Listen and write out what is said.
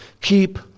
Keep